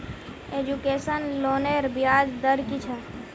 Education लोनेर ब्याज दर कि छे?